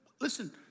listen